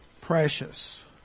Precious